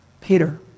Peter